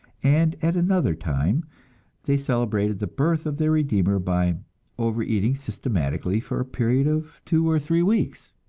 and at another time they celebrated the birth of their redeemer by overeating systematically for a period of two or three weeks.